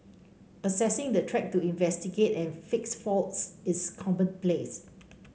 assessing the track to investigate and fix faults is commonplace